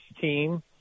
team